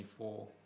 24